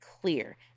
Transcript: clear